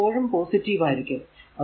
അതും എപ്പോഴും പോസിറ്റീവ് ആയിരിക്കും